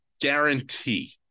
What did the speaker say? Guarantee